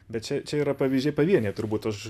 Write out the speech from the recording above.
bet čia čia yra pavyzdžiai pavieniai turbūt aš